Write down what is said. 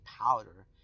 powder